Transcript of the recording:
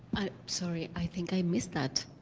i'm sorry. i think i missed that.